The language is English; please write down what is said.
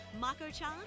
Mako-chan